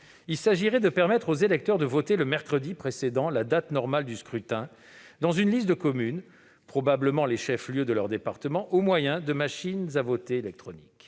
il s'agirait de permettre aux électeurs de voter le mercredi précédant la date normale du scrutin dans une liste de communes- probablement les chefs-lieux de département -au moyen de machines à voter électroniques.